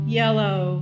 yellow